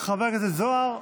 חבר הכנסת זוהר,